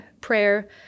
prayer